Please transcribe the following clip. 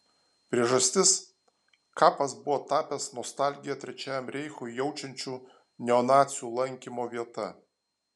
priežastis kapas buvo tapęs nostalgiją trečiajam reichui jaučiančių neonacių lankymo vieta